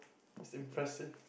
it's impressive